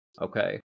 okay